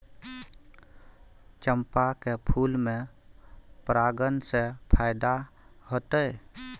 चंपा के फूल में परागण से फायदा होतय?